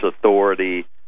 Authority